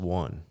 one